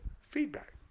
feedback